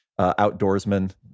outdoorsman